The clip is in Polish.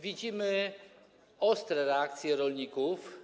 Widzimy ostre reakcje rolników.